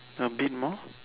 a bit more